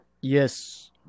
Yes